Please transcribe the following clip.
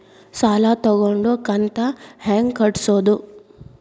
ಸಾಲ ತಗೊಂಡು ಕಂತ ಹೆಂಗ್ ಮಾಡ್ಸೋದು?